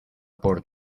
por